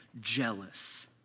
jealous